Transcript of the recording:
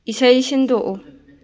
ꯏꯁꯩ ꯁꯤꯟꯗꯣꯛꯎ